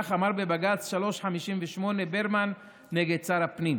וככה אמר בבג"ץ 358 ברמן נ' שר הפנים: